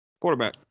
Quarterback